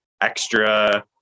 extra